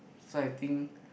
so I think